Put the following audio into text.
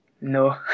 No